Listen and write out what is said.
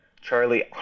Charlie